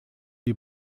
die